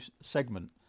segment